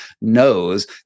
knows